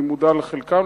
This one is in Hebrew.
אני מודע לחלקם,